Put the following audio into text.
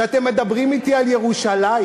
שאתם מדברים אתי על ירושלים.